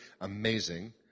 Amazing